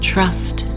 Trust